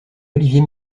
olivier